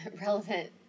relevant